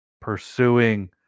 pursuing